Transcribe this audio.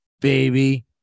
baby